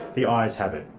the ayes have it.